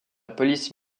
police